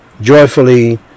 joyfully